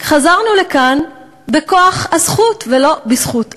חזרנו לכאן בכוח הזכות, ולא בזכות הכוח.